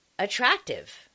attractive